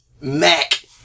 Mac